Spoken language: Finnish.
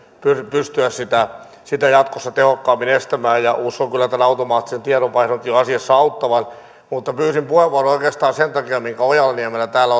pystyä sitä jatkossa tehokkaammin estämään ja uskon kyllä tämän automaattisen tiedonvaihdonkin asiassa auttavan mutta pyysin puheenvuoroa oikeastaan sen takia minkä ojala niemelä täällä